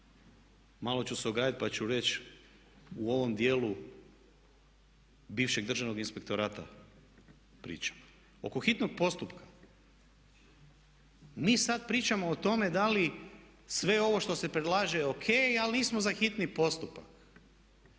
Malo ću se ogradit pa ću reći u ovom dijelu bivšeg državnog inspektorata pričam. Oko hitnog postupka, mi sad pričamo o tome da li sve ovo što se predlaže je o.k. ali nismo za hitni postupak,